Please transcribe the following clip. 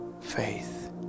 faith